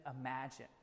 imagine